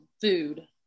food